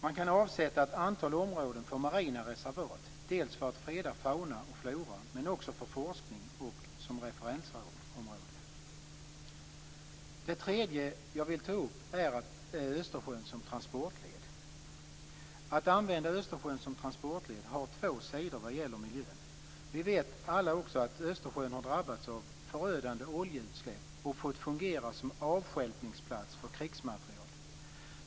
Man kan avsätta ett antal områden för marina reservat - dels för att freda fauna och flora, dels för forskning och som referensområde. Det tredje jag vill ta upp är Östersjön som transportled. Att använda Östersjön som transportled har två sidor vad gäller miljön. Vi vet alla att också Östersjön har drabbats av förödande oljeutsläpp och fått fungera som avstjälpningsplats för krigsmateriel.